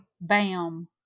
bam